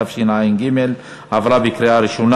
התשע"ג 2013,